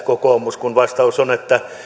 kokoomus tekee kun vastaus on että